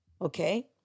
okay